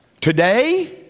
today